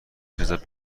خیزد